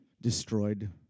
destroyed